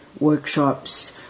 workshops